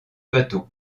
bateau